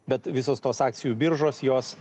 bet visos tos akcijų biržos jos